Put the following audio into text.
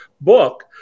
book